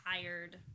tired